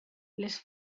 les